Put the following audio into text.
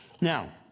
Now